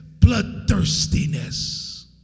bloodthirstiness